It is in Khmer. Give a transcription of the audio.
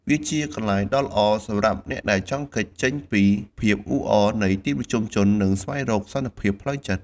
វាជាកន្លែងដ៏ល្អសម្រាប់អ្នកដែលចង់គេចចេញពីភាពអ៊ូអរនៃទីប្រជុំជន និងស្វែងរកសន្តិភាពផ្លូវចិត្ត។